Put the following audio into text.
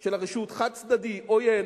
של הרשות, חד-צדדי, עוין,